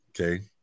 okay